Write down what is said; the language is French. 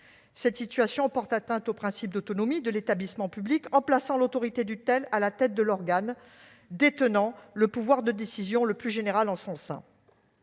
Cette situation porte atteinte au principe d'autonomie de l'établissement public en plaçant l'autorité de tutelle à la tête de l'organe détenant le pouvoir de décision le plus général en son sein.